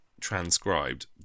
transcribed